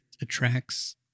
attracts